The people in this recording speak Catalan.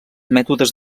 mètodes